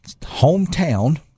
hometown